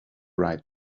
right